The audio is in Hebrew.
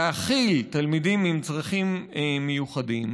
להכיל תלמידים עם צרכים מיוחדים,